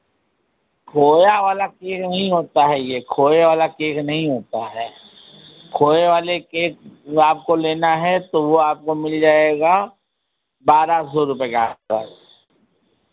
खोया वाला केक नहीं होता है ये खोया वाला केक नहीं होता है खोये वाले केक वो आपको लेना है तो वो आपको मिल जाएगा बारह सौ रुपये के आस पास